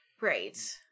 Right